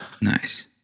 Nice